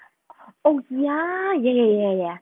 oh ya ya ya ya ya